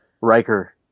Riker